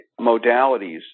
modalities